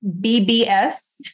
BBS